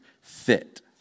fit